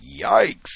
Yikes